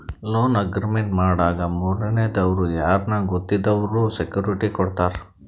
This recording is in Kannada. ಲೋನ್ ಅಗ್ರಿಮೆಂಟ್ ಮಾಡಾಗ ಮೂರನೇ ದವ್ರು ಯಾರ್ನ ಗೊತ್ತಿದ್ದವ್ರು ಸೆಕ್ಯೂರಿಟಿ ಕೊಡ್ತಾರ